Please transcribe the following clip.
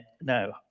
no